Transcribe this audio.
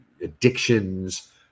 addictions